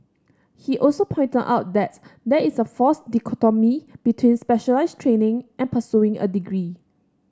he also pointed out that there is a false dichotomy between specialised training and pursuing a degree